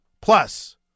plus